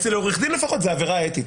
אצל עורך דין לפחות זו עבירה אתית.